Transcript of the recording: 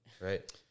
Right